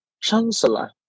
chancellor